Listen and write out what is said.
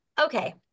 okay